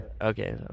Okay